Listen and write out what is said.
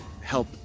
help